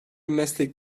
meslek